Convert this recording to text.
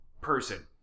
person